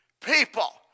people